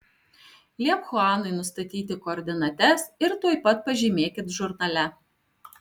liepk chuanui nustatyti koordinates ir tuoj pat pažymėkit žurnale